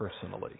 personally